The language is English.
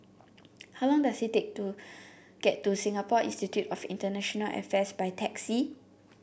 how long does it take to get to Singapore Institute of International Affairs by taxi